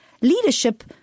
Leadership